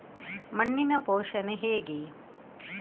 ಮಣ್ಣಿನ ಪೋಷಣೆ ಹೇಗೆ?